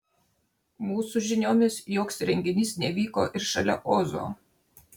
mūsų žiniomis joks renginys nevyko ir šalia ozo